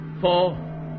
four